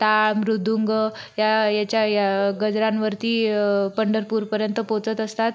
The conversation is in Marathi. टाळ मृदुंग या याच्या या गजरांवरती पंढरपूरपर्यंत पोचत असतात